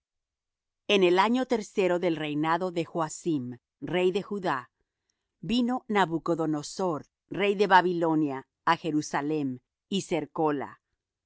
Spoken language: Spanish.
en el año tercero del reinado de joacim rey de judá vino nabucodonosor rey de babilonia á jerusalem y